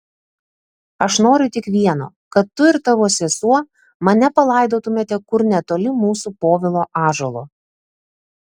aš noriu tik vieno kad tu ir tavo sesuo mane palaidotumėte kur netoli mūsų povilo ąžuolo